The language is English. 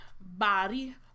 Body